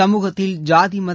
சமூகத்தில் சாதி மத